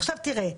עכשיו, תראה,